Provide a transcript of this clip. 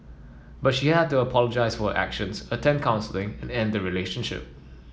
but she had to apologise for her actions attend counselling and end relationship